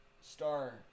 star